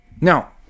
Now